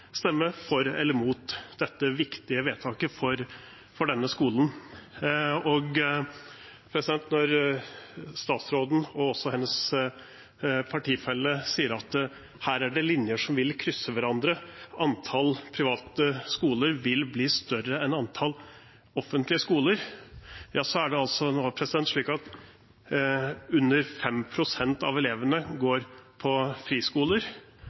stemme for eller imot dette viktige vedtaket for denne skolen. Når statsråden og hennes partifelle sier at her er det linjer som vil krysse hverandre, at antallet private skoler vil bli større enn antallet offentlige skoler, er det nå under 5 pst. av elevene som går på friskoler